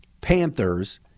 Panthers